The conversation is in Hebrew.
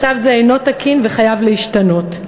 מצב זה אינו תקין וחייב להשתנות.